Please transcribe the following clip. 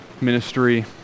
Ministry